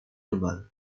tebal